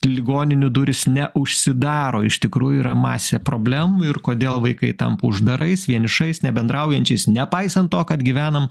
ligoninių durys neužsidaro iš tikrųjų yra masė problemų ir kodėl vaikai tampa uždarais vienišais nebendraujančiais nepaisant to kad gyvenam